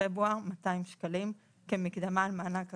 פברואר 200 שקלים כמקדמה על מענק החימום,